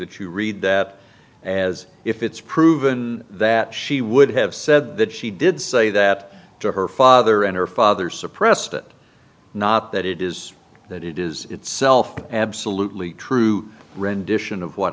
that you read that as if it's proven that she would have said that she did say that to her father and her father suppressed it not that it is that it is itself absolutely true rendition of what